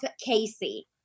Casey